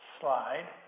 slide